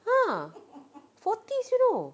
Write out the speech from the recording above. ha forties you know